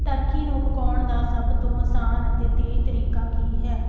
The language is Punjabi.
ਟਰਕੀ ਨੂੰ ਪਕਾਉਣ ਦਾ ਸਭ ਤੋਂ ਆਸਾਨ ਅਤੇ ਤੇਜ਼ ਤਰੀਕਾ ਕੀ ਹੈ